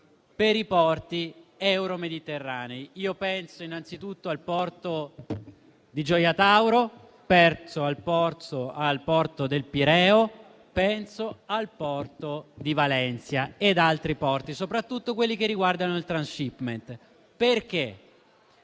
per i porti euro-mediterranei: penso innanzitutto al porto di Gioia Tauro, penso al porto del Pireo, al porto di Valencia ed altri porti, soprattutto quelli che riguardano il *transhipment*.